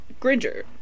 Gringer